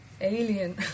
alien